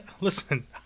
listen